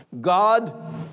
God